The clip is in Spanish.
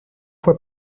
fue